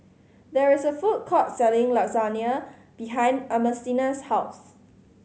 there is a food court selling Lasagna behind Ernestina's house